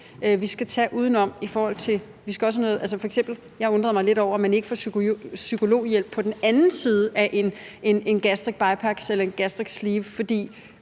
vi skal tage uden om det. Altså, jeg undrede mig f.eks. lidt over, at man ikke får psykologhjælp på den anden side af en gastrisk bypassoperation eller en gastric sleeve-operation